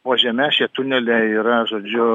po žeme šie tuneliai yra žodžiu